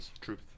truth